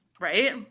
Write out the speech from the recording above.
Right